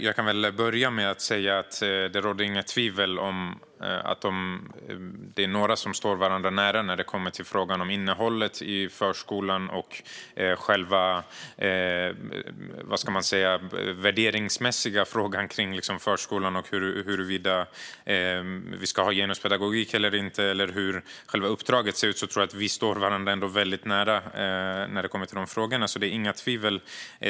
Jag kan börja med att säga det inte råder några tvivel om att om vi står varandra väldigt nära när det gäller frågorna om innehållet i förskolan, värderingar i förskolan, huruvida vi ska ha genuspedagogik eller inte, eller hur själva uppdraget ser ut.